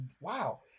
wow